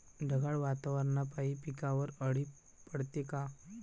ढगाळ वातावरनापाई पिकावर अळी पडते का?